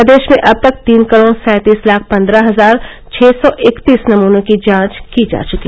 प्रदेश में अब तक तीन करोड़ सैंतीस लाख पन्द्रह हजार छ सौ इकतीस नमूनों की जांच की गयी